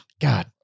God